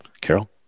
Carol